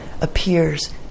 appears